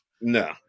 No